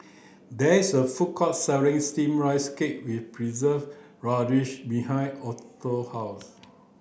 there is a food court selling steamed rice cake with preserved radish behind Orson's house